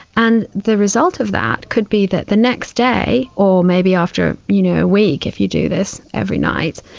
and the result of that could be that the next day or maybe after you know a week if you do this every night,